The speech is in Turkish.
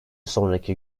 sonraki